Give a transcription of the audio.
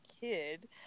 kid